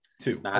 Two